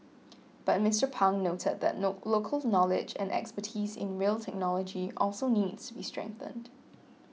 but Mister Pang noted that local knowledge and expertise in rail technology also needs be strengthened